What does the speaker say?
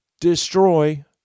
Destroy